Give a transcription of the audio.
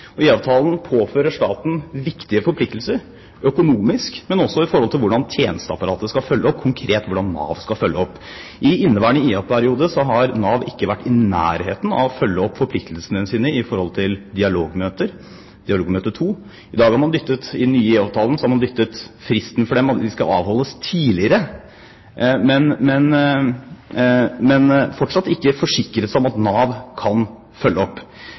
påfører staten viktige forpliktelser økonomisk, men også i forhold til hvordan tjenesteapparatet skal følge opp, konkret hvordan Nav skal følge opp. I inneværende IA-periode har Nav ikke vært i nærheten av å følge opp forpliktelsene sine i forhold til dialogmøter, dialogmøte 2. I den nye IA-avtalen har man dyttet på fristen for dem, og sagt at de skal avholdes tidligere, men man har fortsatt ikke forsikret seg om at Nav kan følge opp. En annen del av den forrige IA-avtalen som man heller ikke fulgte opp,